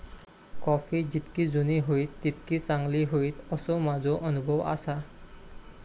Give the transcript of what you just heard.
coffee जितकी जुनी होईत तितकी चांगली होईत, असो माझो अनुभव आसा